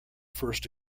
first